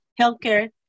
Healthcare